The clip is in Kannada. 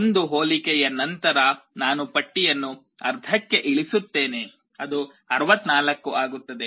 ಒಂದು ಹೋಲಿಕೆಯ ನಂತರ ನಾನು ಪಟ್ಟಿಯನ್ನು ಅರ್ಧಕ್ಕೆ ಇಳಿಸುತ್ತೇನೆ ಅದು 64 ಆಗುತ್ತದೆ